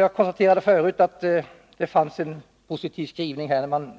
Jag konstaterade förut att utskottet har en positiv skrivning om